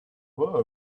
were